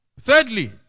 Thirdly